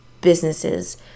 businesses